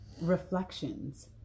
reflections